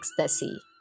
ecstasy